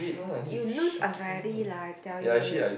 you lose already lah I tell you